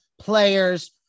players